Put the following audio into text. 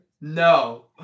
No